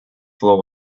floor